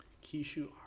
Kishu